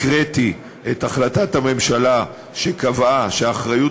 הקראתי את החלטת הממשלה שקבעה שהאחריות